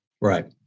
Right